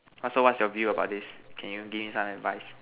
also what's your view about this can you give me some advice